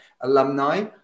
alumni